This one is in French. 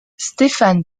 stephan